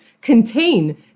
contain